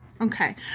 Okay